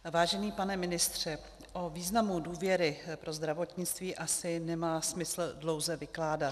Vážený pane ministře, o významu důvěry pro zdravotnictví asi nemá smysl dlouze vykládat.